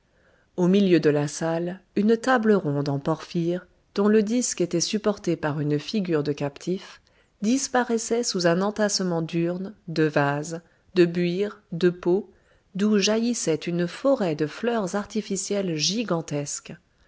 au milieu de la salle une table ronde en porphyre dont le disque était supporté par une figure de captif disparaissait sous un entassement d'urnes de vases de buires de pots d'où jaillissait une forêt de fleurs artificielles gigantesques